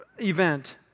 event